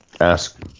ask